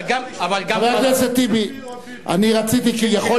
טיבי או ביבי.